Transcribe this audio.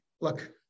look